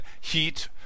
heat